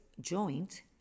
joint